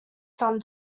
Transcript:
some